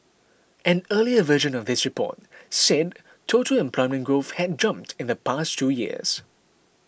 an earlier version of this report said total employment growth had jumped in the past two years